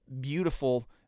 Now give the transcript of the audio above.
beautiful